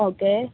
okay